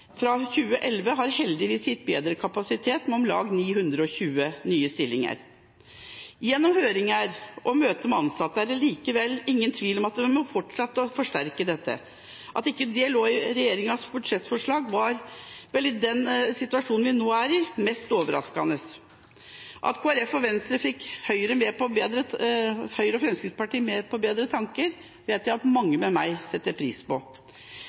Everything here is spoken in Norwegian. fra 2011, har heldigvis gitt bedre kapasitet med om lag 920 nye stillinger. Gjennom høringer og møter med ansatte er det likevel ingen tvil om at vi må fortsette å forsterke dette. At dette ikke lå i regjeringas budsjettforslag, var vel i den situasjonen vi nå er i, mest overraskende. At Kristelig Folkeparti og Venstre fikk Høyre og Fremskrittspartiet på bedre tanker, vet jeg at mange med meg setter pris på.